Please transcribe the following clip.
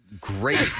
great